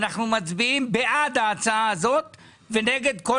אנחנו מצביעים בעד ההצעה הזאת ונגד כל